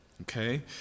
okay